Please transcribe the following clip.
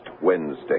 Wednesday